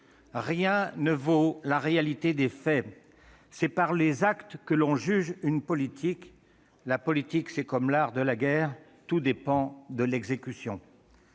Rien ne vaut la réalité des faits ; c'est par les actes que l'on juge une politique. La politique, c'est comme l'art de la guerre : tout dépend de l'exécution.